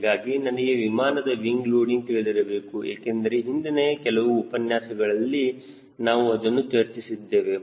ಹೀಗಾಗಿ ನನಗೆ ವಿಮಾನದ ವಿಂಗ್ ಲೋಡಿಂಗ್ ತಿಳಿದಿರಬೇಕು ಏಕೆಂದರೆ ಹಿಂದಿನ ಕೆಲವು ಉಪನ್ಯಾಸಗಳಲ್ಲಿ ನಾವು ಅದನ್ನು ಚರ್ಚಿಸಿದ್ದೇವೆ